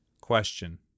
Question